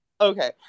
Okay